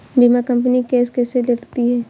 बीमा company case कैसे लड़ती है?